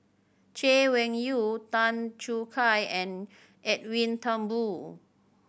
Chay Weng Yew Tan Choo Kai and Edwin Thumboo